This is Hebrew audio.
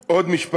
ולא בחוק ההסדרים.